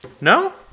No